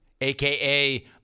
aka